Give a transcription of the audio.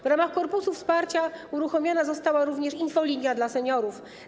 W ramach korpusu wsparcia uruchomiona została również infolinia dla seniorów.